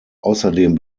außerdem